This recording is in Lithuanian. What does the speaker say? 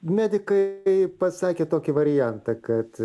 medikai pasakė tokį variantą kad